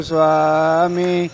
Swami